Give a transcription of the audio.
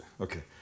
Okay